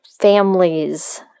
families